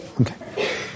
okay